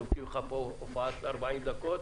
דופקים פה הופעה של 40 דקות